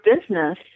business